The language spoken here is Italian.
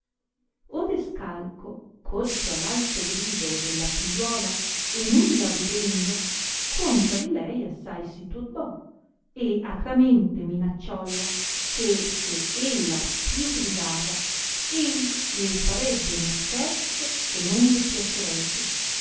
odescalco corso a l alto grido della figliuola e nulla vedendo contra di lei assai si turbò e acramente minacciolla che se ella più gridava egli le farebbe un scherzo che non le piacerebbe